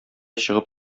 чыгып